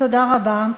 תודה רבה.